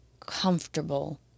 comfortable